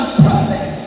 process